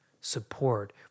support